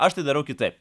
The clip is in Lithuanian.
aš tai darau kitaip